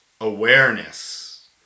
awareness